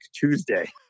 Tuesday